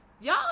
y'all